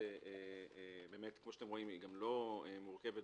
היא לא מורכבת